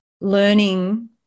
learning